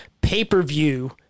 pay-per-view